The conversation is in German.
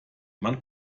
man